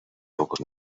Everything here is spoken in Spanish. pocos